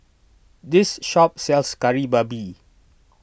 this shop sells Kari Babi